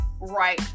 right